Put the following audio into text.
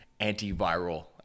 antiviral